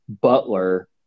Butler